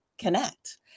connect